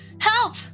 help